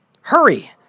Hurry